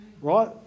right